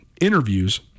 interviews